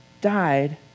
died